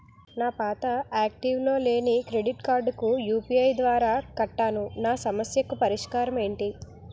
నా పాత యాక్టివ్ లో లేని క్రెడిట్ కార్డుకు యు.పి.ఐ ద్వారా కట్టాను నా సమస్యకు పరిష్కారం ఎంటి?